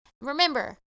Remember